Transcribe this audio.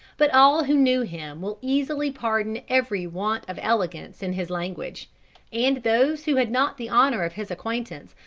but all who knew him will easily pardon every want of elegance in his language and those who had not the honour of his acquaintance,